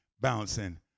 bouncing